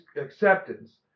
acceptance